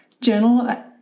Journal